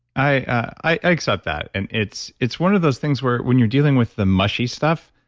i accept that. and it's it's one of those things where when you're dealing with the mushy stuff,